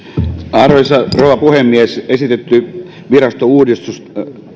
arvoisa rouva puhemies esitetty virastouudistus